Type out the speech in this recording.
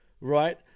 right